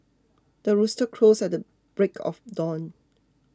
the rooster crows at the break of dawn